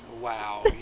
Wow